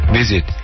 visit